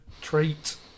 treat